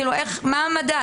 כאילו, מה המדד?